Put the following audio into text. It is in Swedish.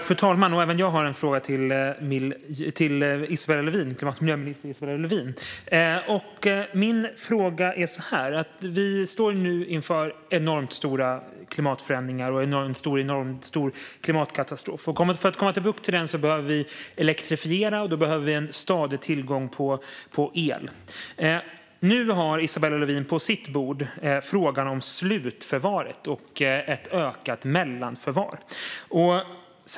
Fru talman! Även jag har en fråga till miljö och klimatminister Isabella Lövin. Vi står nu inför enormt stora klimatförändringar och en enormt stor klimatkatastrof. För att få bukt med det behöver vi elektrifiera, och då behöver vi en stadig tillgång på el. Nu har Isabella Lövin frågan om slutförvaret och ett ökat mellanförvar på sitt bord.